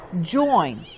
join